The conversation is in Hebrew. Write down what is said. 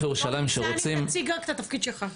ירושלים שרוצים --- רק תציג את התפקיד שלך.